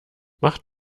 macht